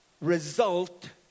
result